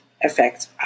effect